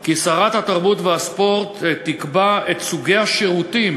כי שרת התרבות והספורט תקבע את סוגי השירותים